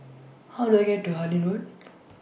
How Do I get to Harlyn Road